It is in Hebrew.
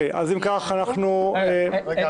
אני רוצה